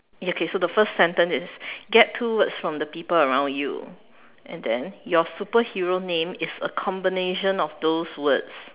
okay so the first sentence is get two words from people around you and then your superhero name is a combination of those words